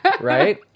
Right